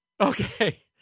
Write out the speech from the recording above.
okay